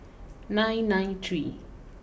nine nine three